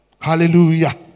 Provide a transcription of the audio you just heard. Hallelujah